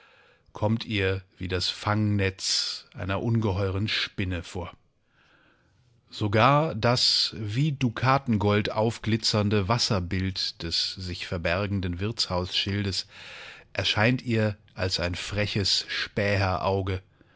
kommt ihr wie das fangnetz einer ungeheuren spinne vor sogar das wie dukatengold aufglitzernde wasserbild des sich verbergenden wirtshausschildes erscheint ihr als ein freches späherauge